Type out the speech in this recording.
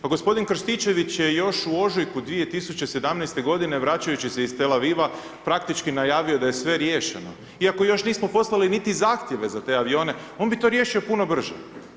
Pa gospodin Krstičević je još u ožujku 2017. godine vračajući se iz Tel Aviva praktički najavio da je sve riješeno, iako još nismo poslali niti zahtjeve za te avione, on bi to riješio puno brže.